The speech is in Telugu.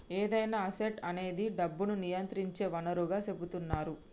ఏదైనా అసెట్ అనేది డబ్బును నియంత్రించే వనరుగా సెపుతున్నరు